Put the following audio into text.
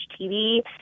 TV